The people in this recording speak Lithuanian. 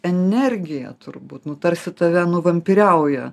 energiją turbūt nu tarsi tave nuvampyriauja